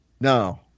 No